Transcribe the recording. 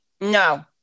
No